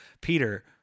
Peter